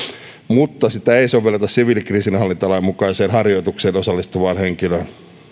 mutta sitä ei sovelleta siviilikriisinhallintalain mukaiseen harjoitukseen osallistuvaan henkilöön